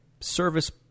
service